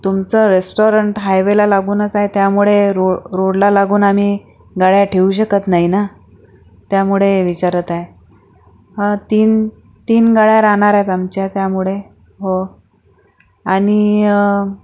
तुमचं रेस्टाॅरंट हायवेला लागूनच आहे त्यामुळे रो रोडला लागून आम्ही गाड्या ठेवू शकत नाही ना त्यामुळे विचारत आहे हं तीन तीन गाड्या राहणार आहेत आमच्या त्यामुळे हो आणि